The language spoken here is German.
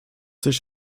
sich